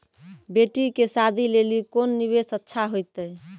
बेटी के शादी लेली कोंन निवेश अच्छा होइतै?